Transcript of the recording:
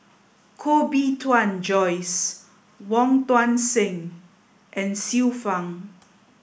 Koh Bee Tuan Joyce Wong Tuang Seng and Xiu Fang